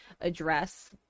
address